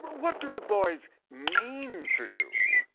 what do the boys mean to you?